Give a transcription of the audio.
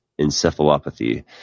encephalopathy